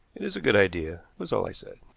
it is a good idea, was all i said.